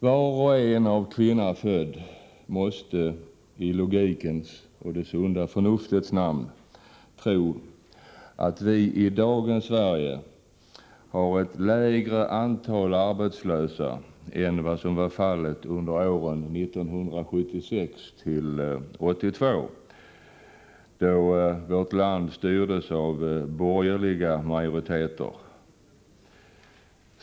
Var och en av kvinna född måste i logikens och det sunda förnuftets namn tro att vi i dagens Sverige har ett lägre antal arbetslösa än vad som var fallet 1976-1982, då vårt land styrdes av borgerliga majoriteter.